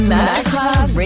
Masterclass